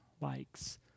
likes